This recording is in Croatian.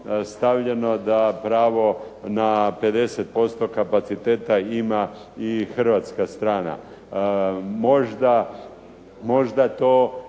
stavljeno da pravo na 50% kapaciteta ima i hrvatska strana? Možda to